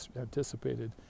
anticipated